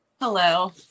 Hello